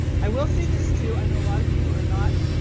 i will see this too. i know a lot of you are not.